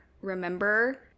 remember